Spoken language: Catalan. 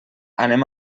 anem